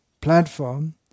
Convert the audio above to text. platform